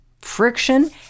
Friction